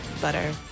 butter